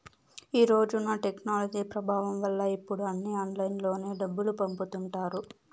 ఈ రోజున టెక్నాలజీ ప్రభావం వల్ల ఇప్పుడు అన్నీ ఆన్లైన్లోనే డబ్బులు పంపుతుంటారు